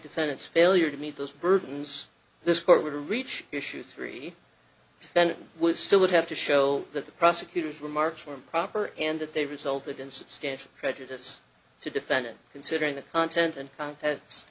defendant's failure to meet those burdens this court were to reach issue three then it would still would have to show that the prosecutor's remarks were improper and that they resulted in substantial prejudice to defendant considering the content and contents